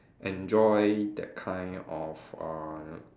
enjoy that kind of uh